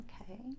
Okay